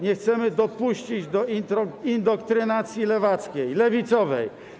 Nie chcemy dopuścić do indoktrynacji lewackiej, lewicowej.